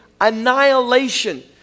annihilation